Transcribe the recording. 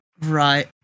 Right